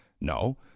No